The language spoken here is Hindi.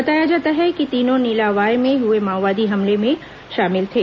बताया जाता है कि ये तीनों नीलावाया में हुए माओवादी हमले में शामिल थे